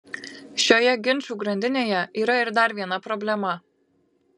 šioje ginčų grandinėje yra ir dar viena problema